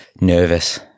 nervous